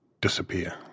disappear